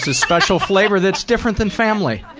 special flavor that's different than family!